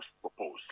proposed